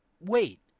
wait